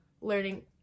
learning